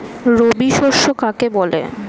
রবি শস্য কাকে বলে?